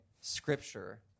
scripture